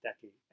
decade